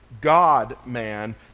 God-man